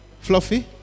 Fluffy